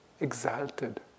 exalted